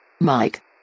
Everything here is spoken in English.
Mike